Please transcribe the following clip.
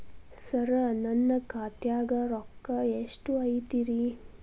ಸರ ನನ್ನ ಖಾತ್ಯಾಗ ರೊಕ್ಕ ಎಷ್ಟು ಐತಿರಿ?